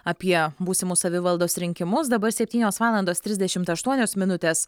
apie būsimus savivaldos rinkimus dabar septynios valandos trisdešimt aštuonios minutės